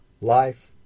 life